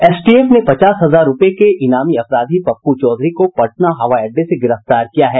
STF ने पचास हजार रूपये के इनामी अपराधी पप्पू चौधरी को पटना हवाई अड्डे से गिरफ्तार किया है